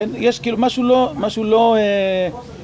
יש כאילו, מה שהוא לא, מה שהוא לא, אה...